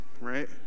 Right